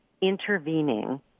intervening